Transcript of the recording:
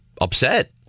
upset